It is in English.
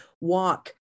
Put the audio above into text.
walk